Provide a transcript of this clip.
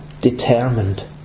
determined